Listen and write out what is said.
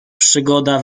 przygoda